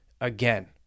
again